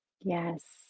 Yes